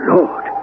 Lord